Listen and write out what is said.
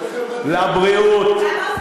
לבריאות,